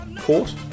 Court